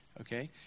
Okay